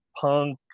punk